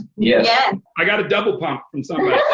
yeah i got a double pump from somebody.